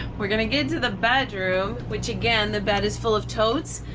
we're gonna get to the bedroom which again, the bed is full of totes.